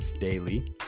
daily